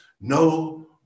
no